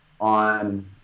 on